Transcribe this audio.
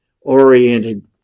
oriented